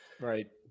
Right